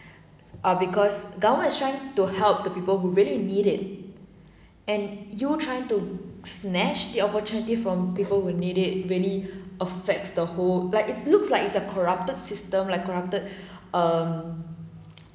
ah because government is trying to help the people who really need it and you trying to snatch the opportunity from people who need it really affects the whole like it looks like it's a corrupted system like corrupted um